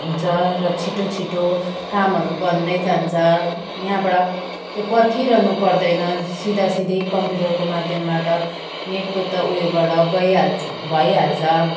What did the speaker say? हुन्छ र छिटो छिटो कामहरू बन्दै जान्छ यहाँबाट त्यो पर्खिरहनु पर्दैन सिधासिधी कम्प्युटरको माध्यमबाट नेटको त ऊ योबाट गइहाल् भइहाल्छ